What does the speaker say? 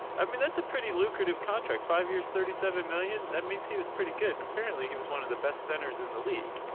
i mean that's a pretty lucrative contract. five years, thirty seven million? that means was pretty good and apparently he was one of the best centers in the league.